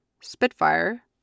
Spitfire